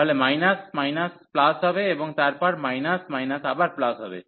তাহলে minus minus plus হবে এবং তারপর মাইনাস মাইনাস আবার প্লাস হবে